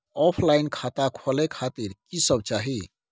Offline खाता खोले खातिर की सब चाही?